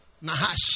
Nahash